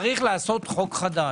צריך לחוקק חוק חדש,